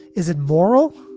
is it moral?